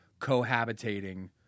cohabitating